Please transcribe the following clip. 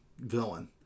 villain